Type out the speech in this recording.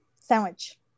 Sandwich